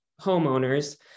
homeowners